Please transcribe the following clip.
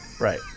Right